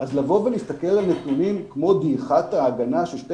אז לבוא ולהסתכל על נתונים כמו דעיכת ההגנה של שתי